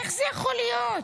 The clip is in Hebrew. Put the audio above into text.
איך זה יכול להיות?